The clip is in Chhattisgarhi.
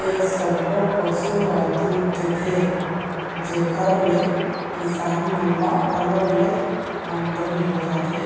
ए सब्बो पशु ह दूद देथे जेखर ले किसान मन ल अलग ले आमदनी हो जाथे